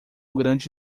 grande